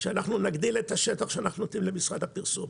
הייתה שנגדיל את השטח שניתן למשרדי הפרסום,